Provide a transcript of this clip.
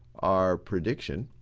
our prediction.